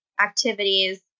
activities